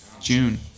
June